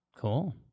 Cool